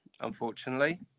unfortunately